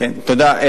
תודה.